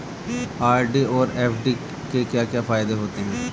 RD और FD के क्या क्या फायदे होते हैं?